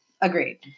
Agreed